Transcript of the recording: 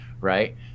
right